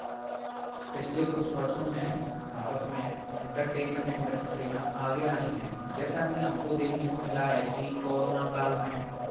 पिछले कुछ वर्षों में भारत में इंटरटेनमेंट इंडस्ट्रियाँ आगे आई हैं जैसा कि हमको देखने को मिला है कि कोरोना काल में